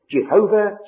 Jehovah